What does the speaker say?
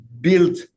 build